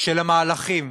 של המהלכים